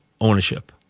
ownership